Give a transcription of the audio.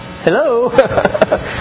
hello